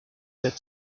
said